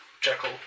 jekyll